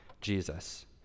Jesus